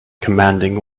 commanding